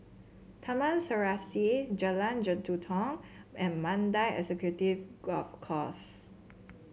Taman Serasi Jalan Jelutong and Mandai Executive Golf Course